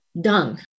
dung